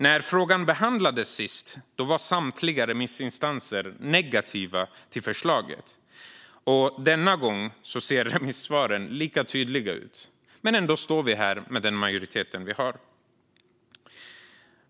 När frågan behandlades senast var samtliga remissinstanser negativa till förslaget, och denna gång ser remissvaren lika tydliga ut. Ändå står vi här med den majoritet vi har.